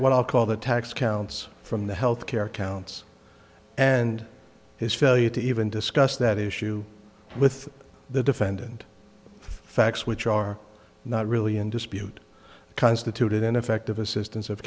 what i'll call the tax counts from the health care accounts and his failure to even discuss that issue with the defendant the facts which are not really in dispute constituted ineffective assistance of